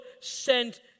sent